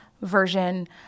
version